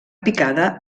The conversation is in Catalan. picada